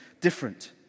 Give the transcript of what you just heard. different